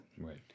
Right